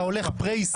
אתה הולך פרה היסטורי.